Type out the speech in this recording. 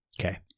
okay